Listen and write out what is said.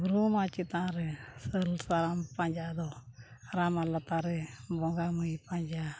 ᱵᱩᱨᱩᱢᱟ ᱪᱮᱛᱟᱱ ᱨᱮ ᱥᱟᱹᱞ ᱥᱟᱨᱟᱢ ᱯᱟᱸᱡᱟ ᱫᱚ ᱨᱟᱢ ᱢᱟ ᱞᱟᱛᱟᱨ ᱨᱮ ᱵᱚᱸᱜᱟ ᱢᱟᱹᱭ ᱯᱟᱸᱡᱟ